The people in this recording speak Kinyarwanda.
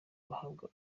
bahabwa